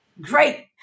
Great